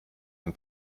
ein